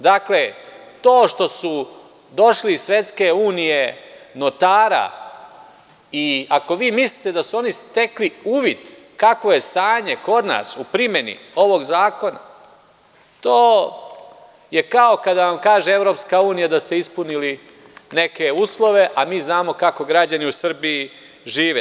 To što su došli iz Svetske unije notara i ako vi mislite da su oni stekli uvid kakvo je stanje kod nas u primeni ovog zakona, to je kao kada vam kaže EU da ste ispunili neke uslove, a mi znamo kako građani u Srbiji žive.